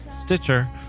Stitcher